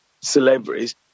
celebrities